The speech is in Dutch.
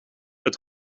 het